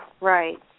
Right